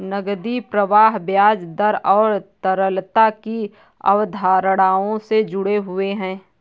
नकदी प्रवाह ब्याज दर और तरलता की अवधारणाओं से जुड़े हुए हैं